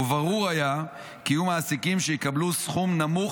וברור היה כי יהיו מעסיקים שיקבלו סכום נמוך